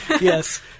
Yes